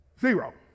Zero